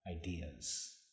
ideas